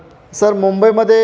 sir मुंबईमध्ये